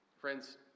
Friends